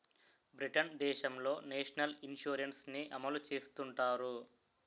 Britain దేశంలో National Insurance ని అమలు చేస్తుంటారు